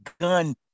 gun